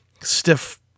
stiff